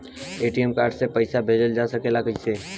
ATM card से पइसा भेजल जा सकेला कइसे?